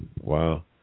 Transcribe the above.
Wow